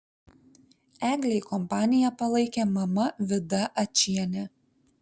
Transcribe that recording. eglei kompaniją palaikė mama vida ačienė